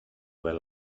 del